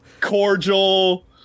cordial